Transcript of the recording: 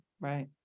Right